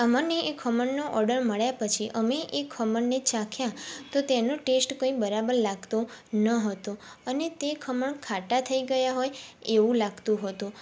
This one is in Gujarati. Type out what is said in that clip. અમને એ ખમણનો ઓર્ડર મળ્યા પછી અમે એ ખમણને ચાખ્યા તો તેનો ટેસ્ટ કોઈ બરાબર લાગતો ન હતો અને તે ખમણ ખાટા થઈ ગયા હોય એવું લાગતું હતું